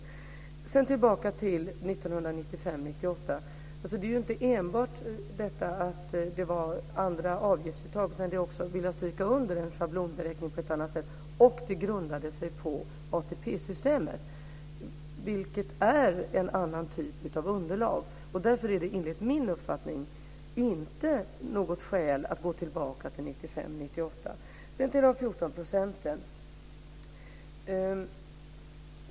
Sedan går jag tillbaka till 1995-1998. Det var inte enbart andra avgiftsuttag, utan schablonberäkningen skedde, vill jag stryka under, också på ett annat sätt. Det grundade sig på ATP-systemet, vilket är en annan typ av underlag. Därför är det enligt min uppfattning inte något skäl att gå tillbaka till 1995-1998. Sedan går jag till frågan om de 14 procenten.